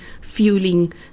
fueling